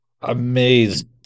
amazed